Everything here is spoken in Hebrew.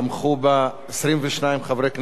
תמכו בה 22 חברי כנסת,